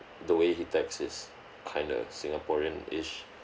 the way he text is kind of singaporean-ish